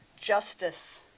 justice